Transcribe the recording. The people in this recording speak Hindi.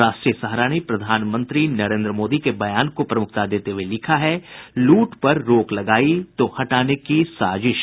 राष्ट्रीय सहारा ने प्रधानमंत्री नरेन्द्र मोदी के बयान को प्रमुखता देते हुये लिखा है लूट पर रोक लगायी तो हटाने की साजिश